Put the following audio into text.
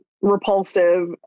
repulsive